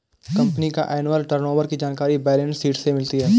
company का annual turnover की जानकारी बैलेंस शीट से मिलती है